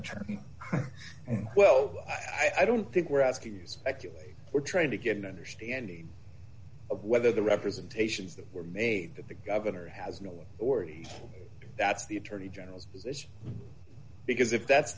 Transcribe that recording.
attorney and well i don't think we're asking you speculate we're trying to get an understanding of whether the representations that were made that the governor has made or that's the attorney general's position because if that's